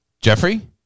Jeffrey